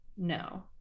No